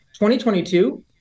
2022